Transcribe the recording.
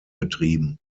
betrieben